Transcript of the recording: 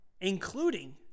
including